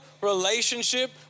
relationship